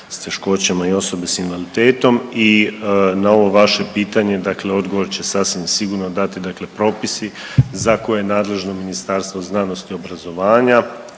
s teškoćama i osobe s invaliditetom i na ovo vaše pitanje, dakle odgovor će sasvim sigurno dati dakle propisi za koje je nadležno Ministarstvo znanosti i obrazovanja,